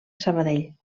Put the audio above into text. sabadell